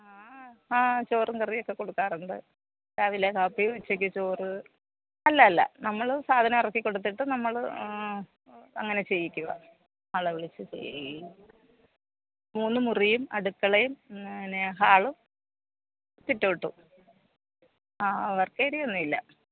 ആ ചോറും കറിയൊക്കെ കൊടുക്കാറുണ്ട് രാവിലെ കാപ്പിയും ഉച്ചയ്ക്ക് ചോറ് അല്ല അല്ല നമ്മൾ സാധനമിറക്കി കൊടുത്തിട്ട് നമ്മൾ അങ്ങനെ ചെയ്യിക്കുവ ആളെ വിളിച്ച് ചെയ്യും മൂന്ന് മുറിയും അടുക്കളയും പിന്നെ ഹാളും സിറ്റ് ഔട്ടും ആ വർക്കേരിയൊന്നുമില്ല